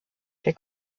der